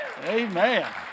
Amen